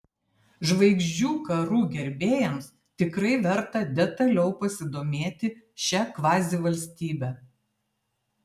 žvaigždžių karų gerbėjams tikrai verta detaliau pasidomėti šia kvazivalstybe